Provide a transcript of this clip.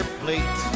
plate